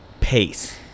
pace